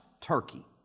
turkey